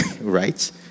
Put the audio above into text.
right